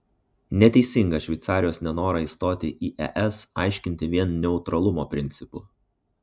neteisinga šveicarijos nenorą įstoti į es aiškinti vien neutralumo principu